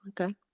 okay